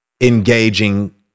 engaging